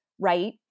right